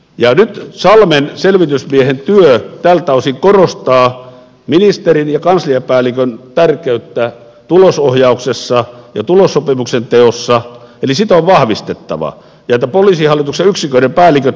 nyt salmen selvitysmiehen työ tältä osin korostaa ministerin ja kansliapäällikön tärkeyttä tulosohjauksessa ja tulossopimuksen teossa eli sitä on vahvistettava ja sitä että poliisihallituksen yksiköiden päälliköt nimittäisi sisäministeriö